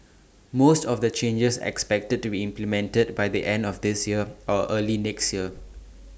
most of the changes are expected to be implemented by the end of this year or early next year